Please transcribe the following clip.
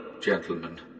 gentlemen